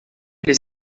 les